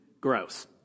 gross